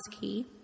key